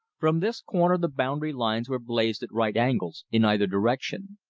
from this corner the boundary lines were blazed at right angles in either direction.